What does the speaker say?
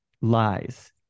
Lies